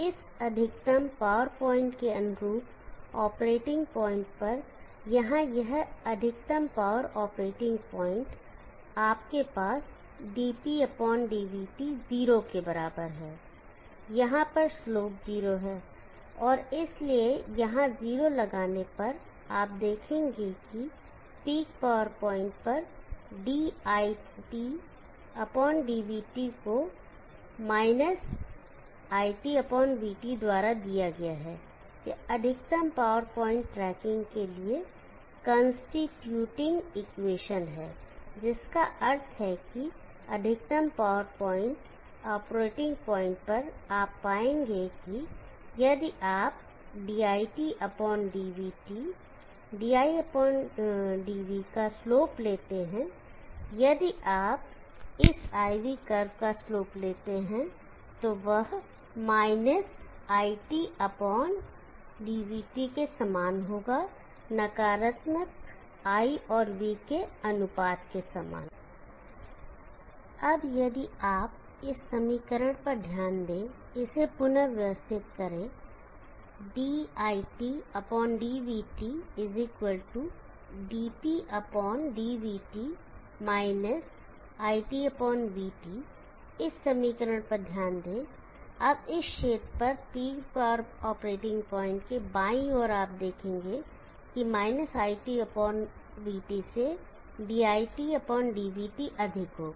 इस अधिकतम power point के अनुरूप ऑपरेटिंग पॉइंट पर यहां यह अधिकतम पॉवर आपरेटिंग पॉइंट आपके पास dpdvT 0 के बराबर है यहाँ पर स्लोप 0 है और इसलिए यहाँ 0 लगाने पर आप देखेंगे की पीक पावर पॉइंट पर diTdvT को माइनस iTvT द्वारा दिया गया है यह अधिकतम पावर पॉइंट ट्रैकिंग के लिए कांस्टीट्यूटिंग इक्वेशन है जिसका अर्थ है कि अधिकतम पावर पॉइंट ऑपरेटिंग पॉइंट पर आप पाएंगे कि यदि आप diTdvT didv का स्लोप लेते हैं यदि आप इस IV कर्व का स्लोप लेते हैं तो वह iTvT के समान होगा नकारात्मक I और V के अनुपात के समान अब यदि आप इस समीकरण पर ध्यान दें इसे पुनर्व्यवस्थित करें diTdvT dpdvT iTvT इस समीकरण पर ध्यान दें अब इस क्षेत्र पर पीक पावर ऑपरेटिंग प्वाइंट के बाईं ओर आप देखेंगे कि - iTvT से diTdvT अधिक होगा